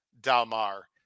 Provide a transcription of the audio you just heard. dalmar